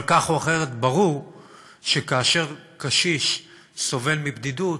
אבל כך או אחרת, ברור שכאשר קשיש סובל מבדידות,